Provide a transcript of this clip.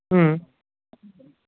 अँ